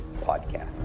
podcast